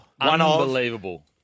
Unbelievable